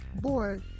Boy